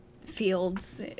fields